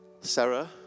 Sarah